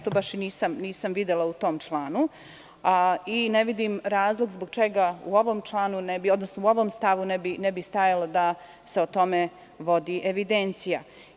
To baš i nisam videla u tom članu i ne vidim razlog zbog čega u ovom stavu ne bi stajalo da se o tome vodi evidencija.